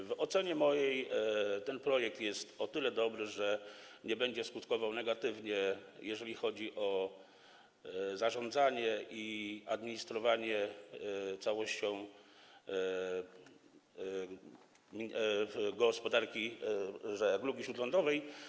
W mojej ocenie ten projekt jest o tyle dobry, że nie będzie skutkował negatywnie, jeżeli chodzi o zarządzanie i administrowanie całością gospodarki, żeglugi śródlądowej.